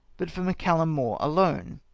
but for mac galium more alone.